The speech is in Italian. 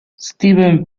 stephen